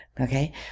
Okay